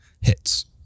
hits